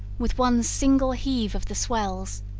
with one single heave of the swells,